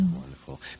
Wonderful